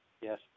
Yes